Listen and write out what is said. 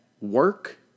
work